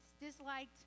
disliked